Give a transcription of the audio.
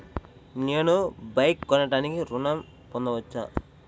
నేను బైక్ కొనటానికి ఋణం పొందవచ్చా?